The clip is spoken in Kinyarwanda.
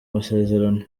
masezerano